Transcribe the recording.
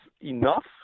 enough